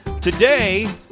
Today